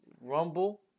Rumble